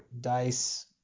dice